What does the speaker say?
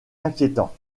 inquiétant